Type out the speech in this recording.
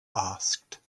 asked